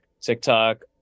TikTok